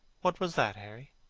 what was that, harry?